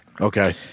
Okay